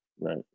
Right